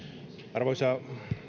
arvoisa